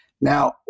Now